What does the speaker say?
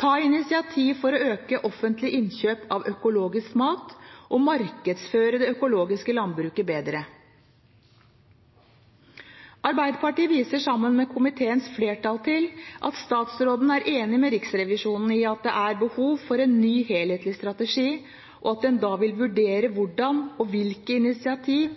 ta initiativ for å øke offentlige innkjøp av økologisk mat og markedsføre det økologiske landbruket bedre. Arbeiderpartiet viser sammen med komiteens flertall til at statsråden er enig med Riksrevisjonen i at det er behov for en ny, helhetlig strategi, og at en da vil vurdere hvordan og hvilke